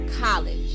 college